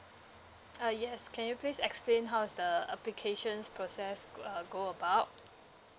uh yes can you please explain how is the application's process uh go about